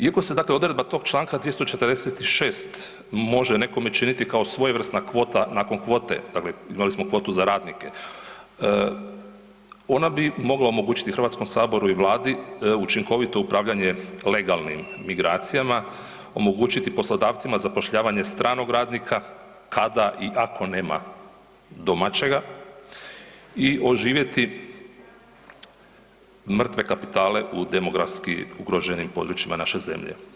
Iako se odredba tog čl. 246. može nekome činiti kao svojevrsna kvota nakon kvote, dakle imali smo kvotu za radnike, ona bi mogla omogućiti HS i Vladi učinkovito upravljanje legalnim migracijama, omogućiti poslodavcima zapošljavanje stranog radnika kada i ako nema domaćega i oživjeti mrtve kapitale u demografski ugroženim područjima naše zemlje.